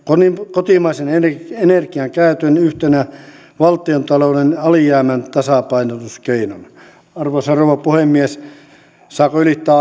kotimaisen energian käytön yhtenä valtiontalouden alijäämän tasapainotuskeinona arvoisa rouva puhemies saako ylittää